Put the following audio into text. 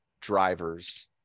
drivers